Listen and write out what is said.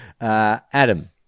Adam